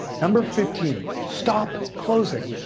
number fifteen, stop closing.